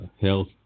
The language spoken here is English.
health